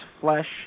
flesh